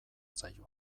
zaio